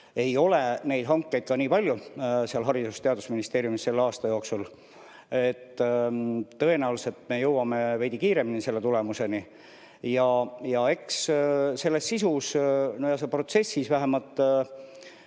ei ole neid hankeid ka nii palju Haridus- ja Teadusministeeriumis selle aasta jooksul. Tõenäoliselt me jõuame veidi kiiremini tulemuseni. Eks selles sisus ja protsessis, vähemalt